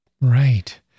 Right